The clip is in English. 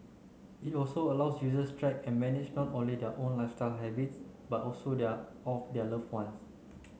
it also allows users track and manage not only their own lifestyle habits but also of their love ones